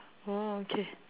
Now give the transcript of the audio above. orh okay